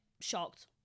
shocked